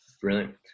brilliant